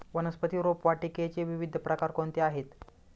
वनस्पती रोपवाटिकेचे विविध प्रकार कोणते आहेत?